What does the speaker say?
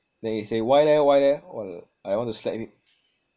then he say why leh why leh wal~ I wanna slap him